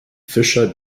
fischer